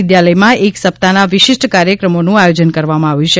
વિદ્યાલયમાં એક સપ્તાહના વિશિષ્ટ કાર્યક્રમોનું આયોજન કરવામાં આવ્યું છે